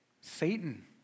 Satan